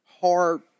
hard